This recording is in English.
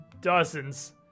dozens